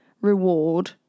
reward